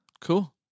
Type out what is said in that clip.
cool